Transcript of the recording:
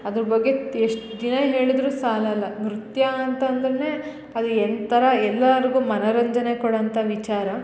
ಅದ್ರ ಬಗ್ಗೆ ಎಷ್ಟು ದಿನ ಹೇಳಿದ್ರೂ ಸಾಲಲ್ಲ ನೃತ್ಯ ಅಂತ ಅಂದ್ರೆ ಅದು ಒಂಥರ ಎಲ್ಲಾರ್ಗು ಮನರಂಜನೆ ಕೊಡೋ ಅಂಥ ವಿಚಾರ